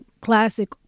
classic